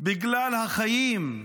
בגלל החיים,